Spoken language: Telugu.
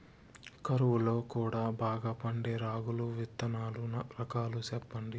కరువు లో కూడా బాగా పండే రాగులు విత్తనాలు రకాలు చెప్పండి?